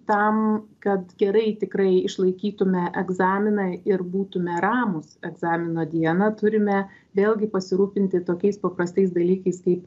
tam kad gerai tikrai išlaikytume egzaminą ir būtume ramūs egzamino dieną turime vėlgi pasirūpinti tokiais paprastais dalykais kaip